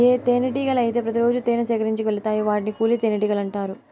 ఏ తేనెటీగలు అయితే ప్రతి రోజు తేనె సేకరించేకి వెలతాయో వాటిని కూలి తేనెటీగలు అంటారు